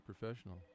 professional